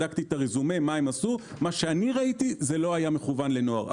בדקתי את הרזומה ומה שאני ראיתי לא היה מכוון לנוער.